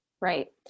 Right